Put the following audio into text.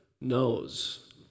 knows